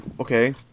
okay